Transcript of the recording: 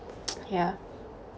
yeah